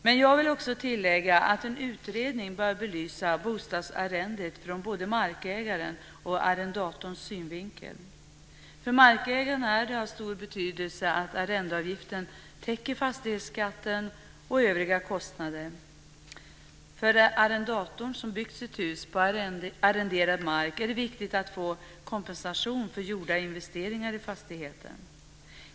Men jag vill också tillägga att en utredning bör belysa bostadsarrendet ur både markägarens och arrendatorns synvinkel. För markägaren är det av stor betydelse att arrendeavgiften täcker fastighetsskatten och övriga kostnader. För arrendatorn som byggt sitt hus på arrenderad mark är det viktigt att få kompensation för gjorda investeringar i fastigheten.